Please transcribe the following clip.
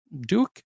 Duke